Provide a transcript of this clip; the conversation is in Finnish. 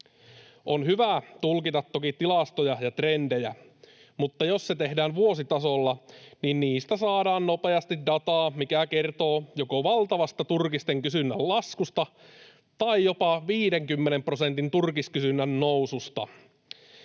On hyvä tulkita toki tilastoja ja trendejä, mutta jos se tehdään vuositasolla, niin niistä saadaan nopeasti dataa, mikä kertoo joko valtavasta turkisten kysynnän laskusta tai jopa 50 prosentin turkiskysynnän noususta,